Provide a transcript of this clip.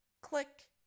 Click